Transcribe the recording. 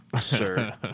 sir